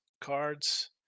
cards